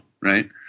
right